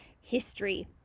history